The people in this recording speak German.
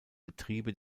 betriebe